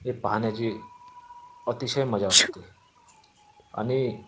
हे पाहण्याची अतिशय मजा असते आणि